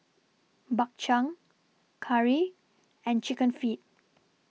Bak Chang Curry and Chicken Feet